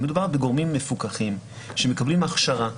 מדובר בגורמים מפוקחים שמקבלים הכשרה.